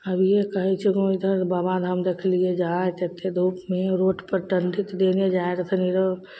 अभिये कहय छीकौ इधर बाबाधाम देखलियै जाइत एत्ते धूपमे रोडपर दण्डित देने जाइ रहथिन रऽ